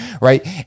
Right